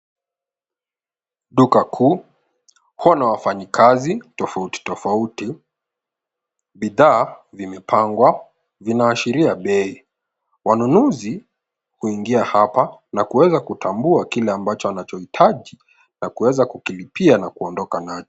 Duka kuu huwa na wafanyikazi tofauti tofauti. Bidhaa vimepangwa, vinaashiria bei. Wanunuzi huingia hapa na kuweza kutambua kile ambacho wanachohitaji na kuweza kukilipia na kuondoka nacho.